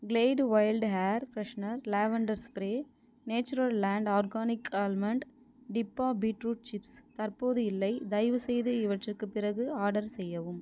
Glade wild air freshener lavender spray Natureland organics almond டிபா beetroot chips தற்போது இல்லை தயவுசெய்து இவற்றிக்கு பிறகு ஆர்டர் செய்யவும்